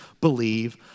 believe